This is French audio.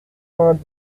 vingt